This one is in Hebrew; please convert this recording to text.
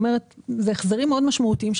זאת אומרת, אלה החזרים מאוד משמעותיים.